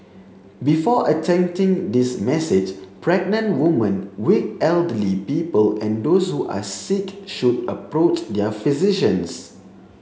before attempting this message pregnant woman weak elderly people and those who are sick should approach their physicians